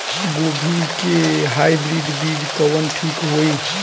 गोभी के हाईब्रिड बीज कवन ठीक होई?